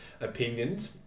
opinions